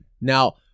Now